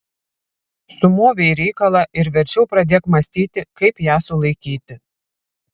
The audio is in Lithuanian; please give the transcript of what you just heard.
sumovei reikalą ir verčiau pradėk mąstyti kaip ją sulaikyti